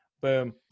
boom